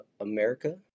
America